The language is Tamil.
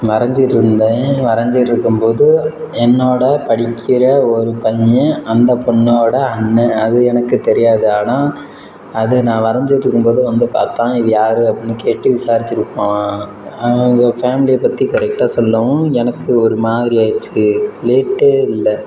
வரைஞ்சுக்கிட்டிருந்தேன் வரைஞ்சுக்கிட்டிருக்கும்போது என்னோடு படிக்கிற ஒரு பையன் அந்த பொண்ணோடய அண்ணன் அது எனக்கு தெரியாது ஆனால் அது நான் வரைஞ்சுக்கிட்ருக்கும்போது வந்து பார்த்தான் இது யார் அப்படின்னு கேட்டு விசாரித்துட்டு போனான் அவங்க ஃபேம்லியை பற்றி கரெக்டாக சொல்லவும் எனக்கு ஒரு மாதிரி ஆகிடுச்சு லேட்டே இல்லை